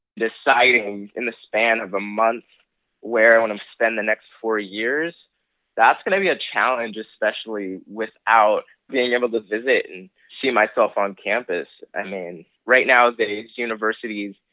deciding in the span of a month where spend the next four years that's going to be a challenge, especially without being able to visit and see myself on campus. i mean, right now but these universities